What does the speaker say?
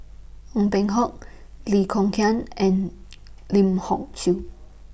Ong Peng Hock Lee Kong Chian and Lim Hock Siew